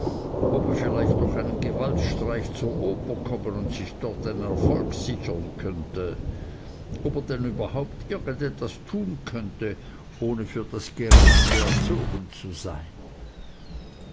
ob er vielleicht durch einen gewaltstreich zur oper kommen und sich dort einen erfolg sichern könnte ob er denn überhaupt irgendetwas tun könnte ohne für das geringste erzogen zu sein